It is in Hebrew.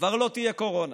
כבר לא תהיה קורונה,